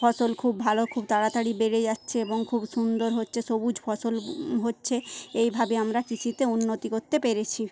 ফসল খুব ভালো খুব তাড়াতাড়ি বেড়ে যাচ্ছে এবং খুব সুন্দর হচ্ছে সবুজ ফসল হচ্ছে এইভাবে আমরা কৃষিতে উন্নতি করতে পেরেছি